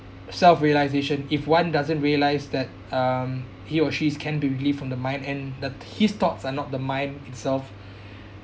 self-realisation if one doesn't realise that um he or she is can be relieved from the mind and that his thoughts are not the mind itself